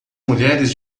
mulheres